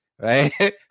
right